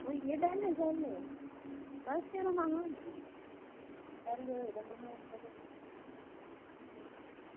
होई गे बेह्ले बस यरो महां बेह्ले होई दे ते महां चलो